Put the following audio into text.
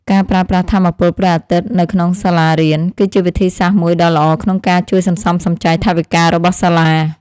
ការប្រើប្រាស់ថាមពលព្រះអាទិត្យនៅក្នុងសាលារៀន គឺជាវិធីសាស្ត្រមួយដ៏ល្អក្នុងការជួយសន្សំសំចៃថវិការបស់សាលា។